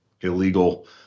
illegal